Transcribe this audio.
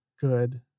good